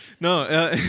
No